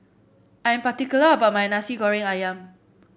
I am particular about my Nasi Goreng ayam